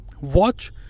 watch